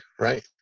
Right